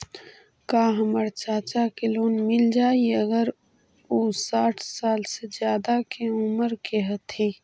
का हमर चाचा के लोन मिल जाई अगर उ साठ साल से ज्यादा के उमर के हथी?